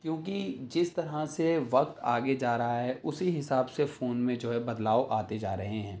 کیونکہ جس طرح سے وقت آگے جا رہا ہے اسی حساب سے فون میں جو ہے بدلاؤ آتے جا رہے ہیں